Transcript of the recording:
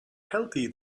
healthy